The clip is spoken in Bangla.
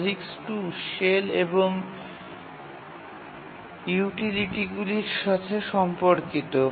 POSIX 2 শেল এবং ইউটিলিটিগুলির সাথে সম্পর্কিত